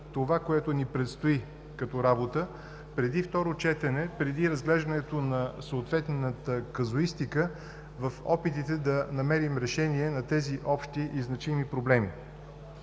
това, което ни предстои като работа преди второ четене, преди разглеждането на съответната казуистика, в опитите да намерим решение на тези общи и значими проблеми.